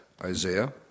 Isaiah